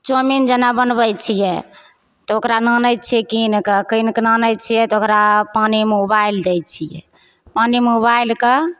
chowmein जेना बनबैत छियै तऽ ओकरा आनैत छियै कीनकऽ कीनकऽ आनैत छियै तऽ ओकरा पानिमे उबालि दै छियै पानिमे उबालिकऽ